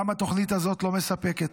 גם התוכנית הזאת לא מספקת.